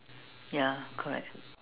ya correct